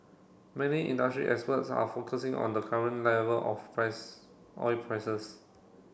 many industry experts are focusing on the current level of price oil prices